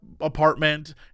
apartment